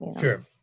Sure